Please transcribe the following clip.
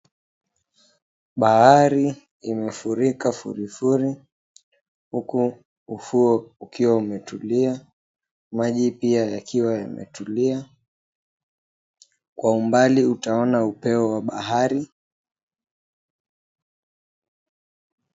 Bahari imefurika furifuri huku ufuo ukiwa umetulia, maji pia yakiwa yametulia. Kwa umbali utaona upeo wa bahari.